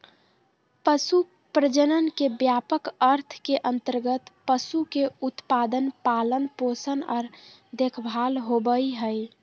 पशु प्रजनन के व्यापक अर्थ के अंतर्गत पशु के उत्पादन, पालन पोषण आर देखभाल होबई हई